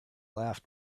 laughed